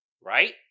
Right